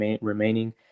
remaining